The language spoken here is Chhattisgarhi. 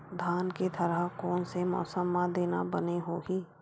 धान के थरहा कोन से मौसम म देना बने होही?